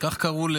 כך קראו,